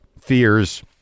fears